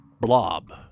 Blob